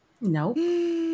nope